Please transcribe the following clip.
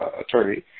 attorney